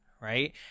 right